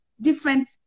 different